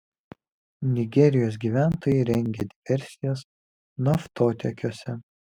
nigerijos gyventojai rengia diversijas naftotiekiuose